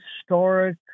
historic